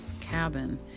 cabin